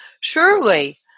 Surely